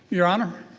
your honor